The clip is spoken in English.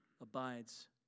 abides